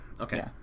Okay